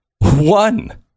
One